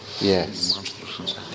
Yes